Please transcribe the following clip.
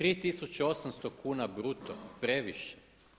3800 kuna bruto previše?